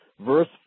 verse